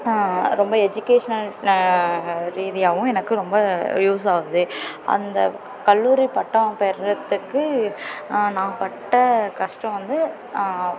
ரொம்ப எஜிகேஷ்னல் ரீதியாகவும் எனக்கு ரொம்ப யூஸ் ஆகுது அந்த கல்லூரி பட்டம் பெர்றதுக்கு நான் பட்ட கஷ்டம் வந்து